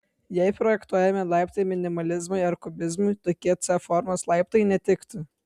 jei projektuojami laiptai minimalizmui ar kubizmui tokie c formos laiptai netiktų